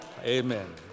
Amen